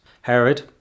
Herod